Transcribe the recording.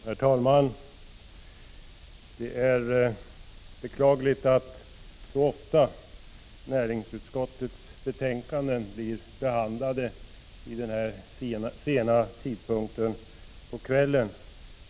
Herr talman! Det är beklagligt att näringsutskottets betänkanden så ofta blir behandlade vid denna sena tidpunkt på kvällen.